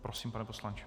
Prosím, pane poslanče.